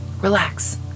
Relax